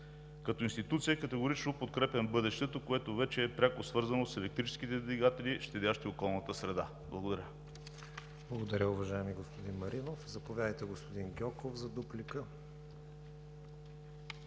Като институция категорично подкрепям бъдещето, което вече е пряко свързано с електрическите двигатели, щадящи околната среда. Благодаря. ПРЕДСЕДАТЕЛ КРИСТИАН ВИГЕНИН: Благодаря, уважаеми господин Маринов. Заповядайте, господин Гьоков, за реплика.